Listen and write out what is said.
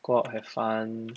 go out have fun